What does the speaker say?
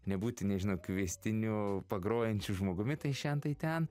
nebūti nežinau kviestiniu pagrojančiu žmogumi tai šen tai ten